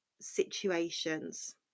situations